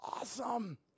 Awesome